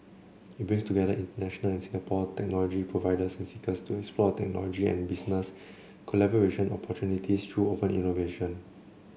it brings together international and Singapore technology providers and seekers to explore technology and business collaboration opportunities through open innovation